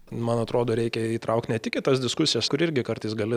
man atrodo reikia įtraukt ne tik į tas diskusijas kur irgi kartais gali